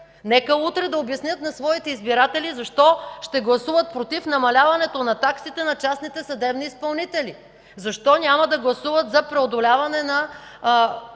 Нека утре да обяснят на своите избиратели защо ще гласуват „против” намаляването на таксите на частните съдебни изпълнители, защо няма да гласуват за преодоляване на